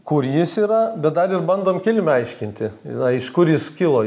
kur jis yra bet dar ir bandom kilmę aiškinti na iš kur jis kilo